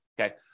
okay